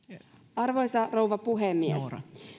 arvoisa rouva puhemies